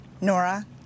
Nora